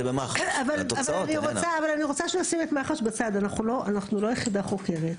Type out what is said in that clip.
אני רוצה שנשים את מח"ש בצד כי אנחנו לא יחידה חוקרת,